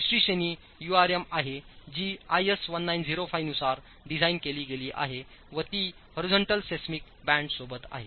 दुसरी श्रेणी यूआरएम आहे जी आयएस 1905 नुसार डिझाइन केली गेली आहे व ती होरीझोन्टल सिस्मिक बँड सोबत आहे